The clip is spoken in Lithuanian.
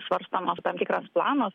svarstomas tam tikras planas